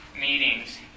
meetings